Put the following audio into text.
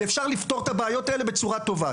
ואפשר לפתור את הבעיות האלה בצורה טובה.